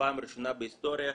פעם ראשונה בהיסטוריה,